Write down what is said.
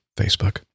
facebook